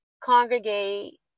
congregate